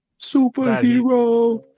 superhero